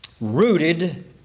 rooted